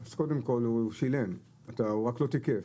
אז קודם כול, הוא שילם, הוא רק לא תיקף.